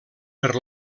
per